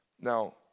Now